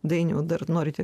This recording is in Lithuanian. dainiau dar norite